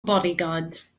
bodyguards